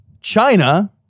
China